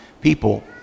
people